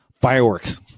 Fireworks